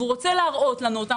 והוא רוצה להראות לנו אותם,